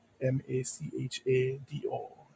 m-a-c-h-a-d-o